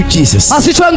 Jesus